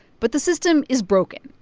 but the system is broken.